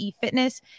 Fitness